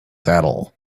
saddle